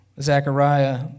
Zechariah